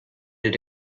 did